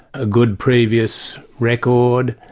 a good previous record,